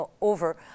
over